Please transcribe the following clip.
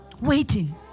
Waiting